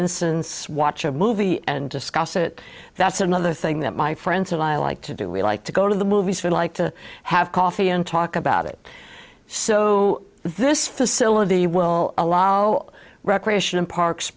instance watch a movie and discuss it that's another thing that my friends and i like to do we like to go to the movies for like to have coffee and talk about it so this facility will allow recreation and parks